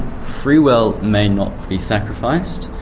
free will may not be sacrificed.